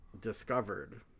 discovered